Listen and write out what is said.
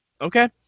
Okay